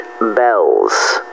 bells